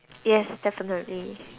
yes definitely